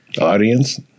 Audience